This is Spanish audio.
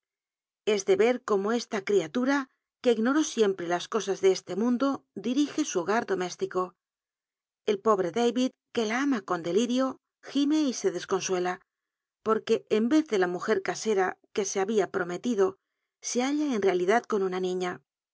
es de rer cómo esta crialura que ignoró siempre las cosas de este mundo dirige su hogar doméstico el pobre darid que la ama con delirio gime y se desconsuela porque en rez ele la mujer casera que se había prometido se halla en realidad con una niña